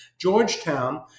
Georgetown